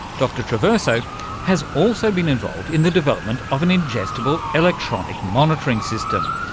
dr traverso has also been involved in the development of an ingestible electronic monitoring system,